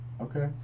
Okay